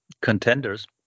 contenders